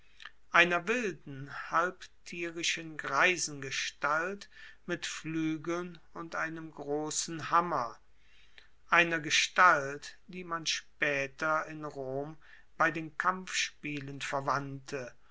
einer wilden halb tierischen greisengestalt mit fluegeln und einem grossen hammer einer gestalt die man spaeter in rom bei den kampfspielen verwandte